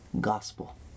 gospel